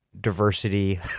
diversity